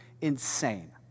insane